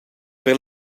per